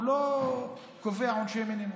לא קובע עונשי מינימום,